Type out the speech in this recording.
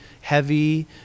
heavy